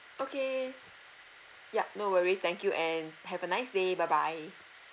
okay yup no worries thank you and have a nice day bye bye